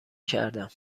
کردم